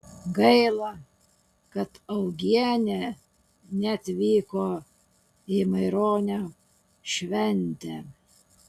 gaila kad augienė neatvyko į maironio šventę